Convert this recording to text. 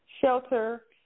shelter